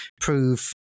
prove